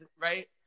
right